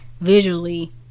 visually